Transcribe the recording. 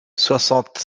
soixante